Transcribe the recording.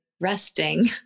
resting